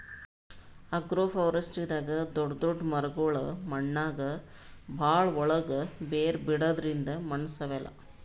ಅಗ್ರೋಫಾರೆಸ್ಟ್ರಿದಾಗ್ ದೊಡ್ಡ್ ದೊಡ್ಡ್ ಮರಗೊಳ್ ಮಣ್ಣಾಗ್ ಭಾಳ್ ಒಳ್ಗ್ ಬೇರ್ ಬಿಡದ್ರಿಂದ್ ಮಣ್ಣ್ ಸವೆಲ್ಲಾ